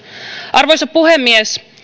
arvoisa puhemies